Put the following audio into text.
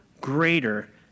greater